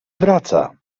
wraca